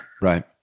Right